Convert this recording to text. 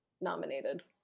nominated